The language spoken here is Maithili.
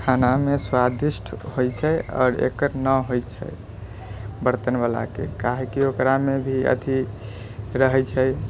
खानामे स्वादिष्ट होइ छै आओर एकर ना होइ छै बर्तनवलाके काहेकि ओकरामे भी अथी रहै छै